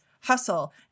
hustle